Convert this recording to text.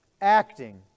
acting